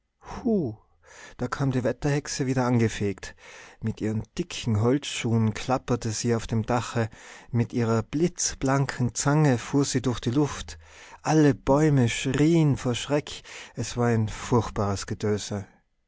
da kam die wetterhexe wieder angefegt mit ihren dicken holzschuhen klapperte sie auf dem dache mit ihrer blitzblanken zange fuhr sie durch die luft alle bäume schrieen vor schreck es war ein furchtbares getöse